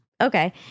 okay